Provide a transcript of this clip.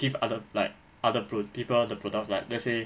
give other like other pro~ people the products like let's say